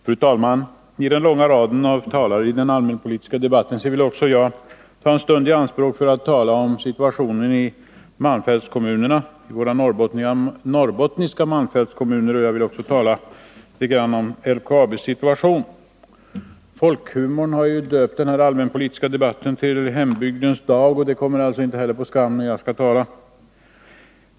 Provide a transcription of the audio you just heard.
Fru talman! I den långa raden av talare i denna allmänpolitiska debatt vill jag ta en stund i anspråk för att tala om situationen i våra norrbottniska malmfältskommuner. Jag vill också tala litet grand om LKAB:s situation. Folkhumorn har ju döpt den allmänpolitiska debatten till ”Hembygdens dag”, och det namnet kommer inte på skam, när jag nu skall tala.